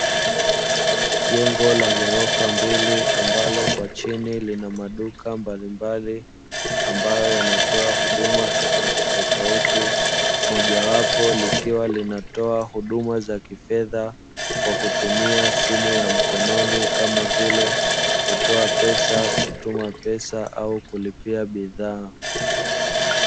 Jengo la ghorofa mbili ambalo kwa chini lina maduka mbalimbali ambayo yanayotoa huduma tofautitofauti. Moja wapo likiwa linatoa huduma za kifedha kwa kutumia simu ya mkononi kama vile: kutoa pesa, kutuma pesa au kulipia bidhaa.